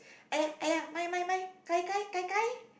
!aiya! !aiya! my my my kai kai kai kai